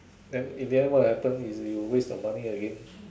then in the end what will happen is you waste your money again